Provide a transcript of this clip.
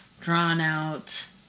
drawn-out